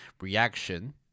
reaction